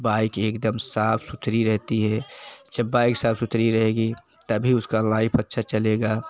bike एक दम साफ़ सुथरी रहती है जब बाइक साफ़ सुथरी रहेगी तभी उसकी लाइफ़ अच्छी चलेगी